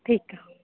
ठीकु आहे